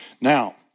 Now